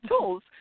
tools